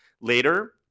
later